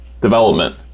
development